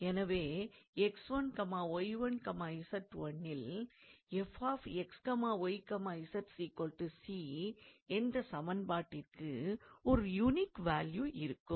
எனவே 𝑥1𝑦1𝑧1 இல் 𝑓𝑥𝑦𝑧 𝑐 என்ற சமன்பாட்டிற்கு ஒரு யூனிக் வேல்யூ இருக்கும்